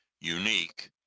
unique